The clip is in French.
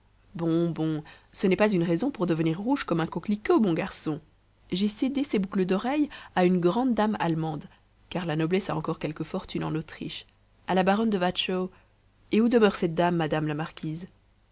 bon bon ce n'est pas une raison pour devenir rouge comme un coquelicot mon garçon j'ai cédé ces boucles à une grande dame allemande car la noblesse a encore quelque fortune en autriche à la baronne de watchau et où demeure cette dame madame la marquise